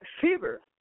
fever